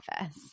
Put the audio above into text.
office